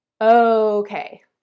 okay